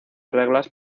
reglas